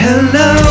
Hello